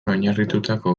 oinarritutako